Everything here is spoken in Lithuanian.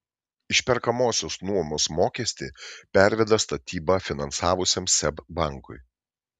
išperkamosios nuomos mokestį perveda statybą finansavusiam seb bankui